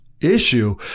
issue